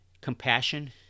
Compassion